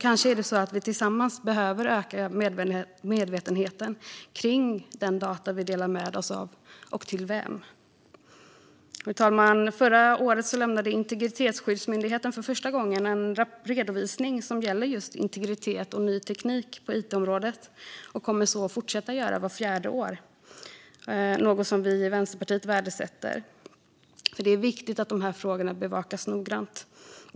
Kanske behöver vi tillsammans öka medvetenheten om de data vi delar med oss av och till vem. Fru talman! Förra året lämnade Integritetsskyddsmyndigheten för första gången en redovisning som gäller integritet och ny teknik på it-området, och myndigheten kommer att fortsätta att göra det vart fjärde år. Detta är något som vi i Vänsterpartiet värdesätter, för det är viktigt att dessa frågor bevakas noggrant.